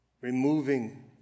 removing